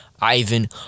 Ivan